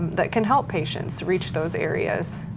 that can help patients reach those areas.